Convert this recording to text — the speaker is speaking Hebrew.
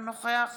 אינו נוכח